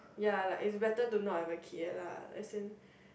ya like is better to not have a kid lah as in